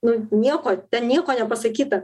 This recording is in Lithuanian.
nu nieko ten nieko nepasakyta